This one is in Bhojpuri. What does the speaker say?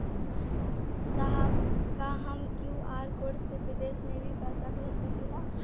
साहब का हम क्यू.आर कोड से बिदेश में भी पैसा भेज सकेला?